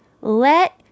Let